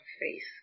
face